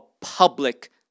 public